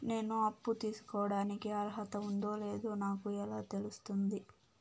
నేను అప్పు తీసుకోడానికి అర్హత ఉందో లేదో నాకు ఎలా తెలుస్తుంది?